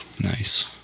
Nice